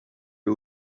les